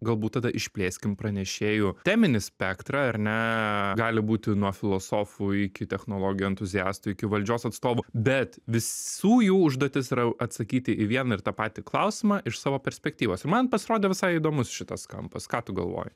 galbūt tada išplėskim pranešėjų teminį spektrą ar ne gali būti nuo filosofų iki technologijų entuziastų iki valdžios atstovų bet visų jų užduotis yra atsakyti į vieną ir tą patį klausimą iš savo perspektyvos ir man pasirodė visai įdomus šitas kampas ką tu galvoji